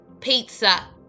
pizza